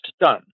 done